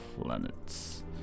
planets